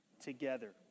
together